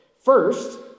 first